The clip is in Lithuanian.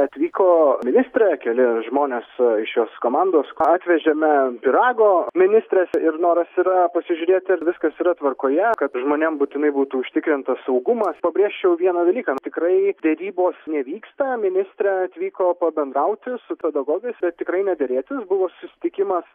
atvyko ministrė keli žmonės iš jos komandos atvežėme pyrago ministrės ir noras yra pasižiūrėti ar viskas yra tvarkoje kad žmonėm būtinai būtų užtikrintas saugumas pabrėžčiau vieną dalyką tikrai derybos nevyksta ministrė atvyko pabendrauti su pedagogais ir tikrai nederėtis buvo susitikimas